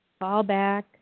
fallback